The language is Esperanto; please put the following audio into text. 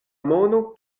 mono